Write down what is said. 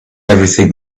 everything